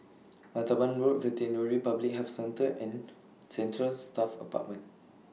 Martaban Road Veterinary Public Health Centre and Central Staff Apartment